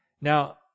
Now